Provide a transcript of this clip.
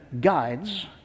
guides